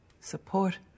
support